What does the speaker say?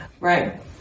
right